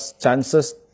chances